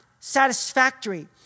satisfactory